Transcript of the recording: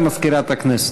הודעה למזכירת הכנסת.